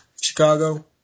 Chicago